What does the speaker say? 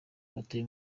batuye